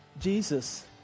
Jesus